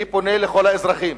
אני פונה לכל האזרחים,